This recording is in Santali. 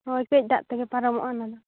ᱦᱳᱭ ᱠᱟᱹᱡ ᱫᱟᱜ ᱛᱮᱜᱮ ᱯᱟᱨᱚᱢᱚᱜᱼᱟ ᱚᱱᱟᱫᱚ